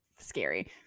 scary